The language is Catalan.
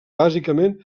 bàsicament